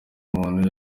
umuntu